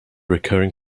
recurring